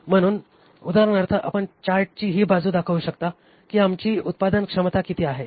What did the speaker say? म्हणून उदाहरणार्थ आपण चार्टची ही बाजू दाखवू शकता की आमची उत्पादन क्षमता किती आहे